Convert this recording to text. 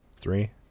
Three